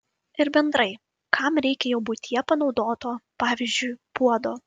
ir bendrai kam reikia jau buityje panaudoto pavyzdžiui puodo